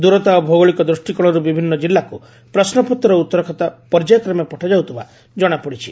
ଦୂରତା ଓ ଭୌଗୋଳିକ ଦୃଷ୍ଟିକୋଣର୍ ବିଭିନ୍ ଜିଲ୍ଲାକୁ ପ୍ରଶ୍ୱପତ୍ର ଓ ଉଉରଖାତା ପର୍ଯ୍ୟାୟକ୍ରମେ ପଠାଯାଉଥିବା ଜଶାପଡିଛି